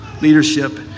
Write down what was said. leadership